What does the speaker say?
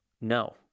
no